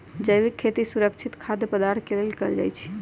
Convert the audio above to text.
जैविक खेती सुरक्षित खाद्य पदार्थ के लेल कएल जाई छई